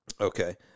Okay